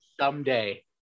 someday